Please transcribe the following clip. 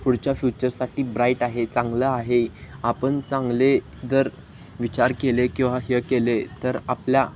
पुढच्या फ्युचरसाठी ब्राईट आहे चांगलं आहे आपण चांगले जर विचार केले किंवा हे केले तर आपला